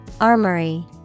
Armory